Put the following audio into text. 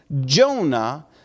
Jonah